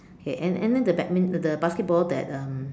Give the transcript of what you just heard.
okay and and the badminton the basketball that um